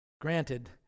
granted